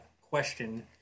question